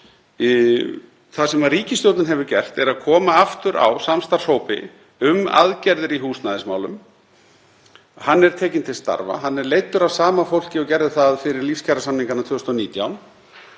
Það sem ríkisstjórnin hefur gert er að koma aftur á samstarfshópi um aðgerðir í húsnæðismálum. Hann er tekinn til starfa. Hann er leiddur af sama fólki og gerði það fyrir lífskjarasamningana 2019.